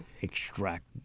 extract